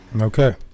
Okay